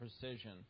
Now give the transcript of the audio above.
precision